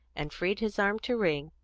and freed his arm to ring,